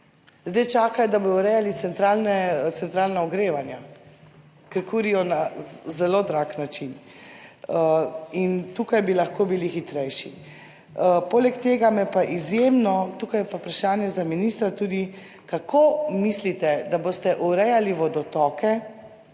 zdaj čakajo, da bodo urejali centralna ogrevanja, ker kurijo na zelo drag način. In tukaj bi lahko bili hitrejši. Poleg tega me pa izjemno, tukaj je pa vprašanje tudi za ministra – kako mislite, da boste urejali vodotoke